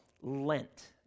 Lent